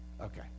Okay